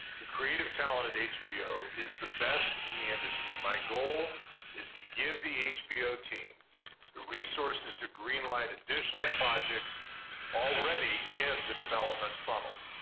the creative talent at hbo is the best in the industry. my goal is to give the hbo team the resources to green light additional projects already in the development funnel.